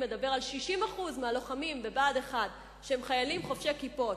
מדבר על 60% מהלוחמים בבה"ד 1 שהם חובשי כיפות,